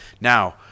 Now